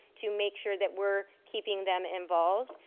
to make sure that we're keeping them involved.